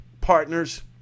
partners